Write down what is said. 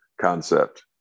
concept